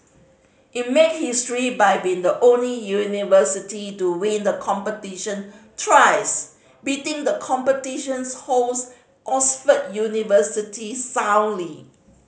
it made history by being the only university to win the competition thrice beating the competition's host Oxford University soundly